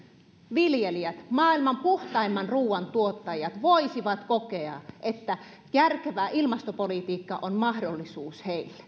viljelijät maailman puhtaimman ruuan tuottajat voisivat kokea että järkevä ilmastopolitiikka on mahdollisuus heille